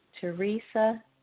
Teresa